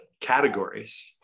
categories